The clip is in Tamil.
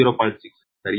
6 சரியா